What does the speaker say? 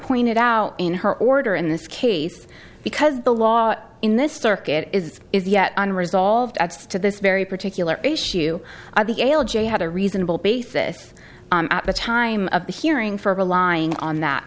pointed out in her order in this case because the law in this circuit is is yet on resolved to this very particular issue of the ala jay had a reasonable basis at the time of the hearing for relying on that